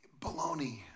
Baloney